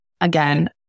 again